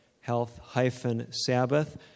health-sabbath